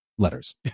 letters